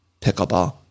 pickleball